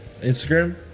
Instagram